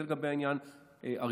זה לגבי העניין הראשון.